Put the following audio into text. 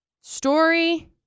Story